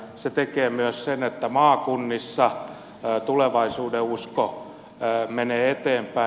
se tekee myös sen että maakunnissa tulevaisuudenusko menee eteenpäin